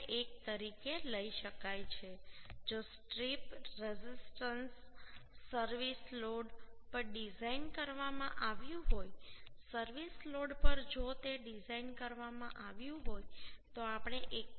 1 તરીકે લઈ શકાય છે જો સ્ટ્રીપ રેઝિસ્ટન્સ સર્વિસ લોડ પર ડિઝાઇન કરવામાં આવ્યું હોય સર્વિસ લોડ પર જો તે ડિઝાઇન કરવામાં આવ્યું હોય તો આપણે 1